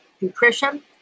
nutrition